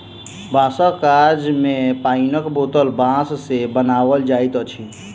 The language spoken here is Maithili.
बाँसक काज मे पाइनक बोतल बाँस सॅ बनाओल जाइत अछि